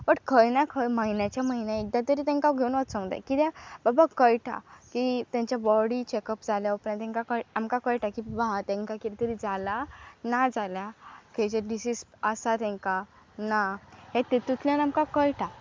but खंय ना खंय म्हयन्याच्या म्हयन्या एकदां तरी तेंकां घेवन वचोंक जाय कित्याक बाबा कळटा की तेंच्या बॉडी चॅकप जाल्या उपरांत तेंकां आमकां कळटा की हा तेंकां कितें तरी जालां ना जाल्यार खंयचे डिसीज आसा तेंकां ना हें तेतूंतल्यान आमकां कळटा